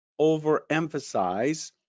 overemphasize